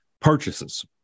purchases